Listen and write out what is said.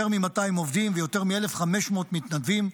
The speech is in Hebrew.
מ-200 עובדים ויותר מ-1,500 מתנדבים,